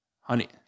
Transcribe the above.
honey